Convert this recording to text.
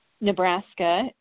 Nebraska